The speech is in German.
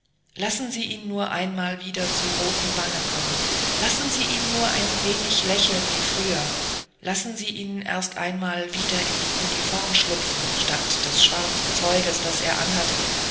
lassen sie ihn nur wieder einmal zu roten wangen kommen lassen sie ihn nur ein wenig lächeln wie früher lassen sie ihn erst einmal wieder in die uniform schlupfen statt des schwarzen zeugs das er anhat